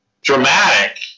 dramatic